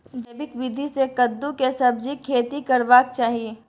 जैविक विधी से कद्दु के सब्जीक खेती करबाक चाही?